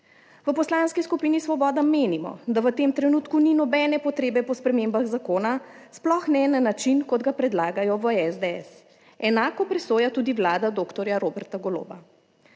V Poslanski skupini Svoboda menimo, da v tem trenutku ni nobene potrebe po spremembah zakona, sploh ne na način kot ga predlagajo v SDS, enako presoja tudi vlada dr. Roberta Goloba.